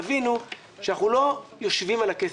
תבינו שאנחנו לא יושבים על הכסף.